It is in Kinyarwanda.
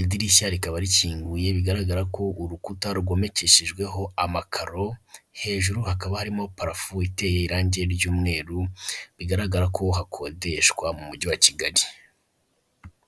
idirishya rikaba rikinguye, bigaragara ko urukuta rwomekeshejweho amakaro, hejuru hakaba harimo parafo iteye irangi ry'umweru, bigaragara ko hakodeshwa mu mujyi wa Kigali.